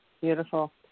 Beautiful